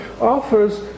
offers